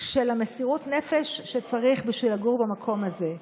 של מסירות הנפש שצריך בשביל לגור במקום הזה,